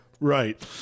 Right